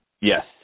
Yes